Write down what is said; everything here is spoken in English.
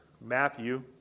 Matthew